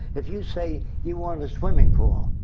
if you say, you want a swimming pool,